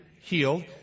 healed